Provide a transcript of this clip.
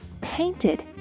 painted